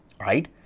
right